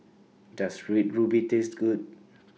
Does Red Ruby Taste Good